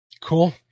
Cool